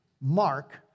Mark